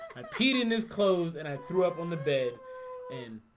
i peed in his clothes and i threw up on the bed and